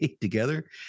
together